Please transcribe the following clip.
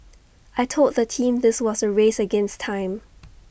I Told the team this was A race against time